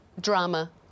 Drama